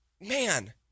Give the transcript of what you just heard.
man